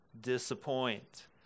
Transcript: disappoint